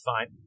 fine